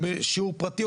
או בשיעור פרטי,